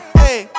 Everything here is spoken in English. hey